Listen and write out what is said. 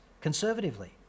conservatively